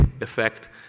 effect